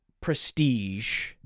prestige